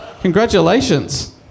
congratulations